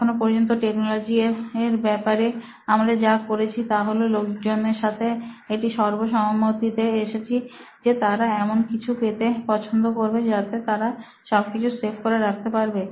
এখনো পর্যন্ত টেকনোলজি এর ব্যাপারে আমরা যা করেছি তা হল লোকজনের সাথে একটা সর্বসম্মতিতে এসেছি যে তারা এমন কিছু পেতে পছন্দ করবে যাতে তারা সবকিছু সেভ করে রাখতে পারবে